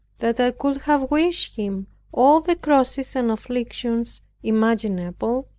that i could have wished him all the crosses and afflictions imaginable,